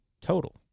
total